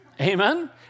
Amen